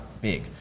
big